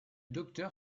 docteur